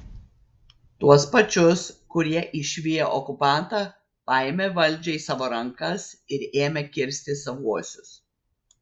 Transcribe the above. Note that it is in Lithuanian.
tuos pačius kurie išviję okupantą paėmė valdžią į savo rankas ir ėmė kirsti savuosius